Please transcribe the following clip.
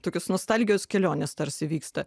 tokios nostalgijos kelionės tarsi vyksta